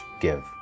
give